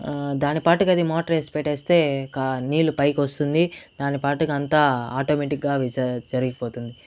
దాని పాటికి అది మోటార్స్ పెట్టేస్తే ఇంక నీళ్లు పైకి వస్తుంది దాని పాటికి అంతా ఆటోమేటిక్ గా జరిగిపోతుంది